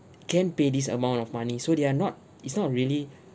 can pay this amount of money so they're not it's not really